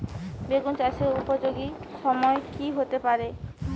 বেগুন চাষের উপযোগী সময় কি হতে পারে?